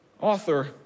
Author